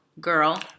girl